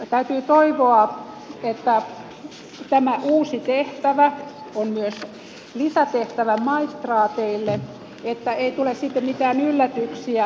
täytyy toivoa kun tämä uusi tehtävä on myös lisätehtävä maistraateille että ei tule sitten mitään yllätyksiä vastaan